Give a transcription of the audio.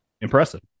Impressive